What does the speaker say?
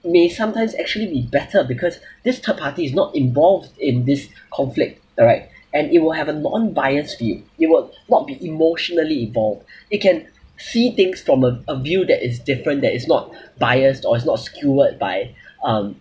may sometimes actually be better because this third party is not involved in this conflict alright and it will have a non-biased view it will not be emotionally evolved it can see things from a a view that is different that is not biased or it's not skewered by um